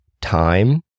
time